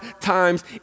times